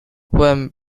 when